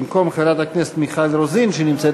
במקום חברת הכנסת מיכל רוזין שנמצאת